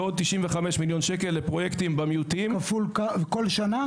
ועוד 95 מיליון לפרויקטים במיעוטים --- כל שנה,